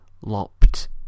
lopped